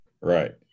Right